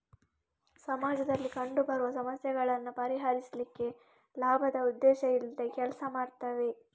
ಸಮಾಜದಲ್ಲಿ ಕಂಡು ಬರುವ ಸಮಸ್ಯೆಗಳನ್ನ ಪರಿಹರಿಸ್ಲಿಕ್ಕೆ ಲಾಭದ ಉದ್ದೇಶ ಇಲ್ದೆ ಕೆಲಸ ಮಾಡ್ತವೆ